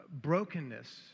brokenness